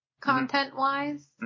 content-wise